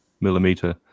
millimeter